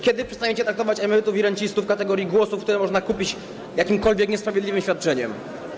Kiedy przestaniecie traktować emerytów i rencistów w kategorii głosów, które można kupić jakimkolwiek niesprawiedliwym świadczeniem?